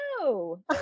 No